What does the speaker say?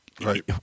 right